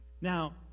now